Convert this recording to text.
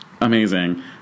Amazing